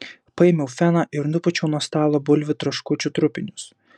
paėmiau feną ir nupūčiau nuo stalo bulvių traškučių trupinius